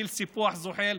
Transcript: של סיפוח זוחל,